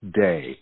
Day